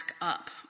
up